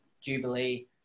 Jubilee